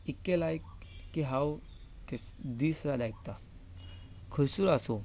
इतलें लायक की हांव तें दीस रात आयकतां खंयसर आसूं